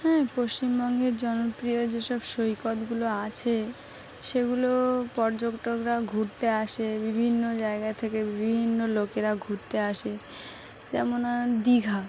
হ্যাঁ পশ্চিমবঙ্গের জনপ্রিয় যেসব সৈকতগুলো আছে সেগুলো পর্যটকরা ঘুরতে আসে বিভিন্ন জায়গা থেকে বিভিন্ন লোকেরা ঘুরতে আসে যেমন দীঘা